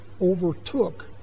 overtook